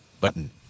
Button